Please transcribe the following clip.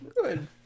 Good